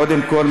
קודם כול,